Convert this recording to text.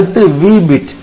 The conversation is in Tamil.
அடுத்து V பிட்